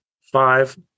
five